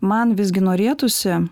man visgi norėtųsi